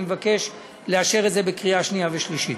אני מבקש לאשר את זה בקריאה שנייה ושלישית.